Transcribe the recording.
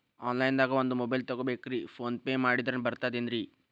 Online ದಾಗ ಒಂದ್ mobile ತಗೋಬೇಕ್ರಿ ಫೋನ್ ಪೇ ಮಾಡಿದ್ರ ಬರ್ತಾದೇನ್ರಿ?